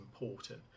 important